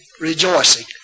rejoicing